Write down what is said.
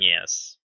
yes